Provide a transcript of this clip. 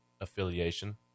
affiliation